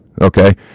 okay